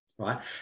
right